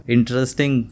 Interesting